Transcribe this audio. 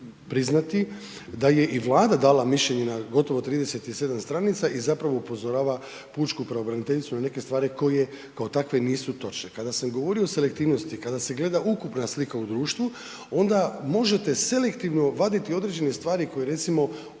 da je i Vlada dala mišljenje na gotovo 37 stranica i zapravo upozorava pučku pravobraniteljicu na neke stvari koje kao takve nisu točne. Kada sam govorio o selektivnosti, kada se gleda ukupna slika u društvu, onda možete selektivno vaditi određene stvari koje recimo,